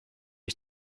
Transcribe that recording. ich